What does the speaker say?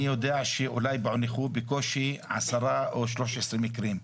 אני יודע שאולי פוענחו בקושי 10 או 13 מקרים.